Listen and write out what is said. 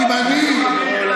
נפגעים.